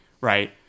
right